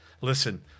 Listen